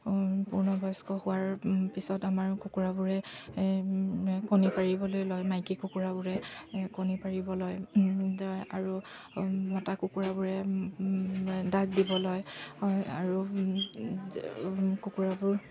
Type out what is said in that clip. পূৰ্ণবয়স্ক হোৱাৰ পিছত আমাৰ কুকুৰাবোৰে কণী পাৰিবলৈ লয় মাইকী কুকুৰাবোৰে কণী পাৰিব লয় আৰু মতা কুকুৰাবোৰে ডাক দিব লয় আৰু কুকুৰাবোৰ